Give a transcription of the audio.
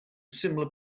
similar